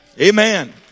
Amen